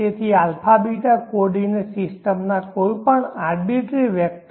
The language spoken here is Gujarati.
તેથી α β કોઓર્ડિનેટ સિસ્ટમના કોઈપણ આર્બિટરી abc વેક્ટર